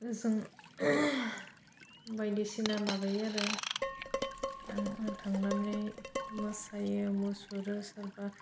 जों बायदिसिना माबायो आरो आं थांनानै मोसायो मुसुरो सोरबा